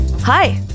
Hi